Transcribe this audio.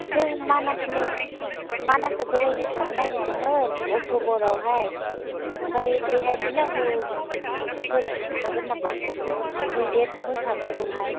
जों मानासनि मानासआव बेरायनो थांनो नागिरदोंमोन अक्ट'बरआवहाय ओमफ्राय बेहाय गिनांगौफोर थागोन नामा मैदेर मोसाफोरखौहाय